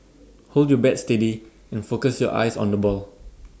hold your bat steady and focus your eyes on the ball